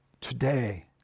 today